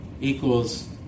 equals